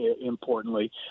importantly